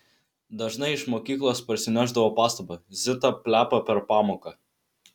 dažnai iš mokyklos parsinešdavau pastabą zita plepa per pamoką